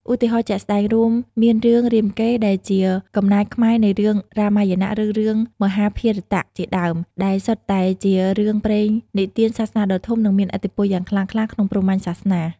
ឧទាហរណ៍ជាក់ស្ដែង រួមមានរឿង រាមកេរ្តិ៍ ដែលជាកំណែខ្មែរនៃរឿងរាមាយណៈ ឬរឿង មហាភារតៈ ជាដើម ដែលសុទ្ធតែជារឿងព្រេងនិទានសាសនាដ៏ធំ និងមានឥទ្ធិពលយ៉ាងខ្លាំងក្លាក្នុងព្រហ្មញ្ញសាសនា។